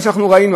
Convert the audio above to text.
מה שאנחנו ראינו,